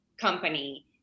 company